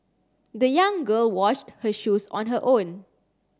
the young girl washed her shoes on her own